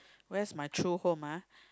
where is my true home ah